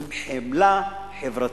עם חמלה חברתית.